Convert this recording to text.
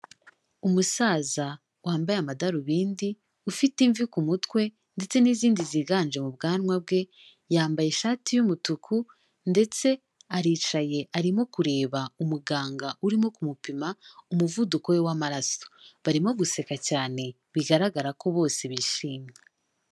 Umusaza wambaye amadarubindi ufite imvi kumutwe, ndetse nizindi ziganje mubwanwa bwe yambaye ishati yumutuku. ndetse aricaye arimo kureba umuganga urimo kumupima umuvuduko we w'amaraso barimo guseka cyane bigaragara ko bose bishimye.